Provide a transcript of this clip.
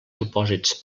supòsits